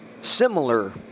similar